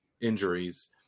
injuries